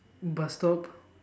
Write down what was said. bus stop